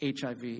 HIV